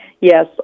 Yes